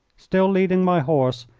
still leading my horse,